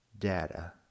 Data